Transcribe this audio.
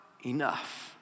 enough